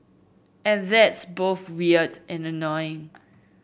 and that's both weird and annoying